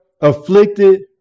afflicted